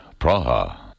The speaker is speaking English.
Praha